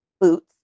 boots